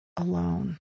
Alone